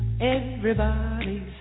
Everybody's